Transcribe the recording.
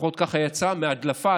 לפחות ככה יצא מהדלפה,